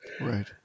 Right